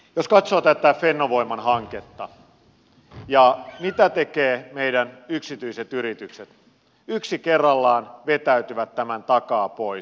jos katsoo tätä fennovoiman hanketta ja sitä mitä tekevät meidän yksityiset yritykset niin ne yksi kerrallaan vetäytyvät tämän takaa pois